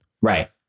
Right